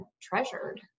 treasured